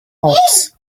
hawks